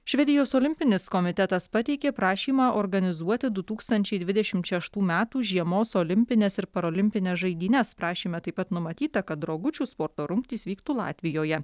švedijos olimpinis komitetas pateikė prašymą organizuoti du tūkstančiai dvidešimt šeštų metų žiemos olimpines ir parolimpines žaidynes prašyme taip pat numatyta kad rogučių sporto rungtys vyktų latvijoje